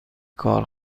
کار